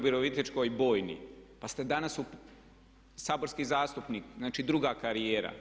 Virovitičkoj bojni pa ste danas saborski zastupnik, znači druga karijera.